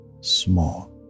small